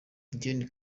gen